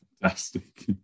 Fantastic